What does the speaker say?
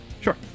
sure